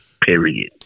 Period